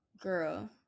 girl